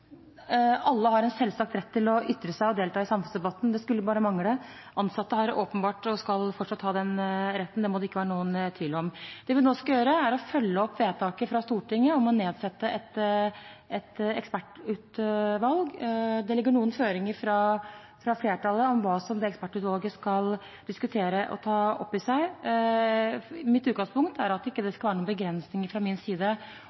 Alle har en selvsagt rett til å ytre seg og delta i samfunnsdebatten – det skulle bare mangle. Ansatte har åpenbart den retten, og de skal fortsatt ha den retten, det må det ikke være noen tvil om. Det vi nå skal gjøre, er å følge opp vedtaket fra Stortinget om å nedsette et ekspertutvalg. Det ligger noen føringer fra flertallet om hva dette ekspertutvalget skal diskutere og ta opp i seg. Mitt utgangspunkt er at det ikke skal være noen begrensninger fra min side